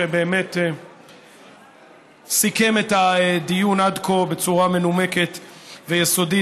שבאמת סיכם את הדיון עד כה בצורה מנומקת ויסודית.